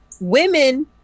Women